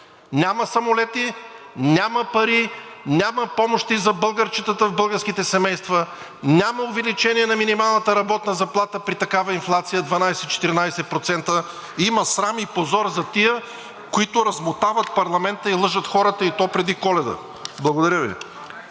няма самолети, няма пари, няма помощи за българчетата в българските семейства, няма увеличение на минималната работна заплата при такава инфлация – 12 – 14%, има срам и позор за тези, които размотават парламента и лъжат хората, и то преди Коледа. Благодаря Ви.